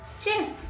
Cheers